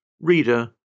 Reader